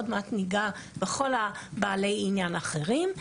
עוד מעט ניגע בכל בעלי העניין האחרים.